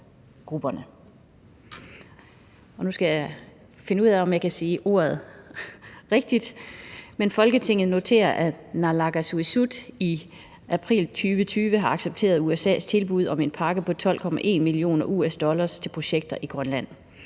»Folketinget noterer, at Naalakkersuisut i april 2020 har accepteret USA's tilbud om en pakke på 12,1 mio. USD til projekter i Grønland.